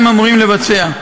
שהם אמורים לבצע,